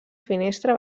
finestra